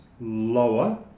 lower